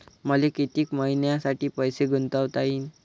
मले कितीक मईन्यासाठी पैसे गुंतवता येईन?